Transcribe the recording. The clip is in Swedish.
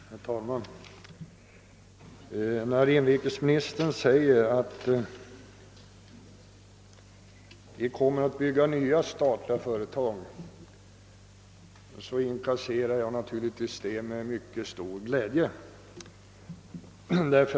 Herr talman! Inrikesministern sade här att vi kommer att bygga nya statliga företag. Det uttalandet noterade jag med mycket stor glädje.